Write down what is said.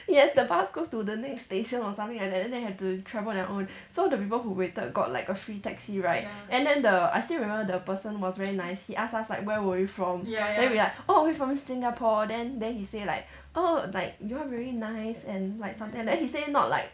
yes the bus goes to the next station or something like that then they have to travel on their own so the people who waited got like a free taxi ride and then the I still remember the person was very nice he asked us like where were we from then we like oh we from singapore then then he say like oh like you all really nice and like something like that then he say not like